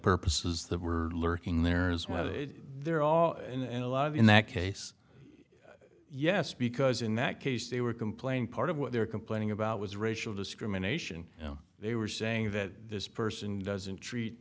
purposes that were lurking there is whether there are in a lot of in that case yes because in that case they were complaining part of what they were complaining about was racial discrimination they were saying that this person doesn't treat